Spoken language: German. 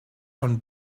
von